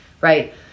right